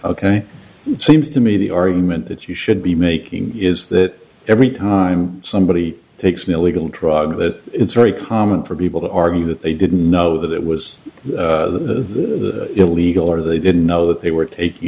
you it seems to me the argument that you should be making is that every time somebody takes militant drug that it's very common for people to argue that they didn't know that it was the illegal or they didn't know that they were taking